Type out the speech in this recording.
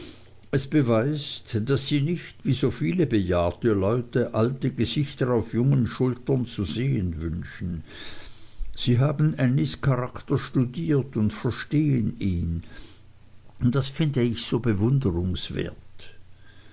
es beweist daß sie nicht wie so viele bejahrte leute alte gesichter auf jungen schultern zu sehen wünschen sie haben ännies charakter studiert und verstehen ihn das finde ich so